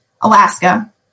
Alaska